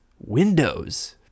windows